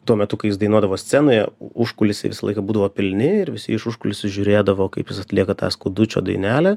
tuo metu kai jis dainuodavo scenoje užkulisiai visą laiką būdavo pilni ir visi iš užkulisių žiūrėdavo kaip jis atlieka tą skudučio dainelę